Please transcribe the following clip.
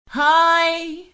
hi